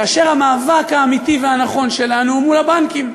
כאשר המאבק האמיתי והנכון שלנו הוא מול הבנקים.